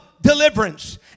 deliverance